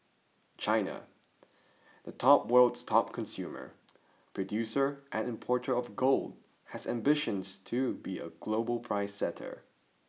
China the top world's top consumer producer and importer of gold has ambitions to be a global price setter